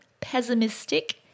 pessimistic